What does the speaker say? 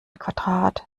quadrat